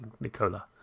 nicola